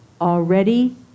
already